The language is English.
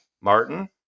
Martin